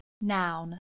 noun